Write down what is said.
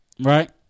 Right